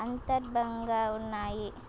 అంతర్భాగంగా ఉన్నాయి